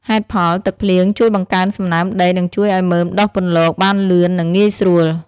ហេតុផល ទឹកភ្លៀងជួយបង្កើនសំណើមដី និងជួយឱ្យមើមដុះពន្លកបានលឿននិងងាយស្រួល។